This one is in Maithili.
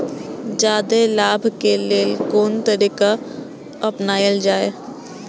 जादे लाभ के लेल कोन तरीका अपनायल जाय?